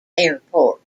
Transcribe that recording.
airport